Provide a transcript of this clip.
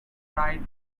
right